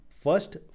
first